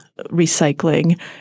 recycling